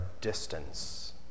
distance